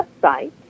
website